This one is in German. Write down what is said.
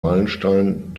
meilenstein